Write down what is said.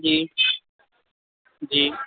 جی جی